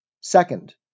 Second